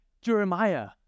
Jeremiah